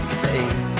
safe